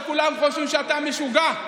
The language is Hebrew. וכולם חושבים שאתה משוגע.